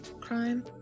Crime